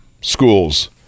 schools